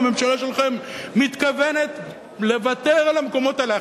הממשלה שלכם מתכוונת לוותר על המקומות האלה,